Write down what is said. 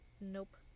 Nope